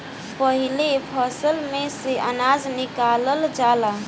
पाहिले फसल में से अनाज निकालल जाला